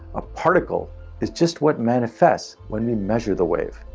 a particle is just what manifests when we measure the wave.